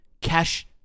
cash